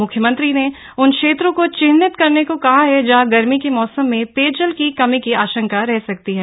मुख्यमंत्री ने उन क्षेत्रों को चिन्हित करने को कहा है जहां गर्मी के मौसम में पेयजल की कमी की आशंका रह सकती है